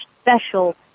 special